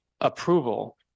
approval